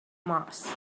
mars